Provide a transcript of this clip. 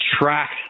track